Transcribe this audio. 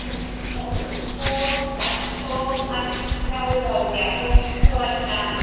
हो चालेल हो अच्छा हो चालेल जाऊया उद्या